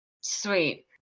Sweet